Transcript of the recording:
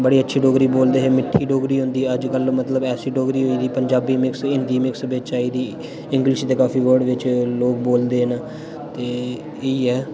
बड़ी अच्छी डोगरी बोलदे हे मिट्ठी डोगरी होंदी अज्जकल मतलब ऐसी डोगरी होई दी पंजाबी मिक्स हिंदी मिक्स बिच आई दी इंग्लिश दे काफी वर्ड बिच लोग बोलदे न ते एह् ही ऐ